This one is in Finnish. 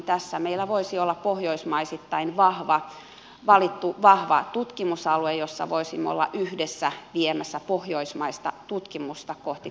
tässä meillä voisi olla pohjoismaisittain valittu vahva tutkimusalue jossa voisimme olla yhdessä viemässä pohjoismaista tutkimusta kohti kansainvälistä huippua